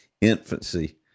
infancy